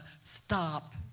stop